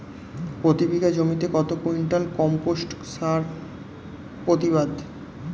প্রতি বিঘা জমিতে কত কুইন্টাল কম্পোস্ট সার প্রতিবাদ?